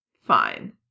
fine